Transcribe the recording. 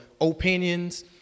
opinions